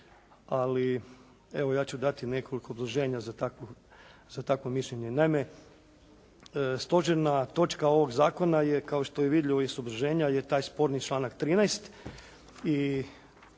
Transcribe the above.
ali evo ja ću dati nekoliko obrazloženja za takvo mišljenje. Naime, stožerna točka ovog zakona je, kao što je vidljivo iz obrazloženja, je taj sporni članak 13.